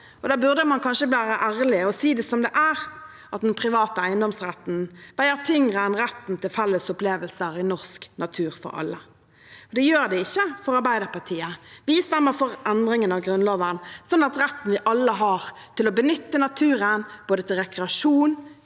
Da burde man kanskje være ærlig og si det som det er, at den private eiendomsretten veier tyngre enn retten til felles opplevelser i norsk natur for alle. Det gjør det ikke for Arbeiderpartiet. Vi stemmer for endringen av Grunnloven, sånn at retten vi alle har til å benytte naturen, til både rekreasjon,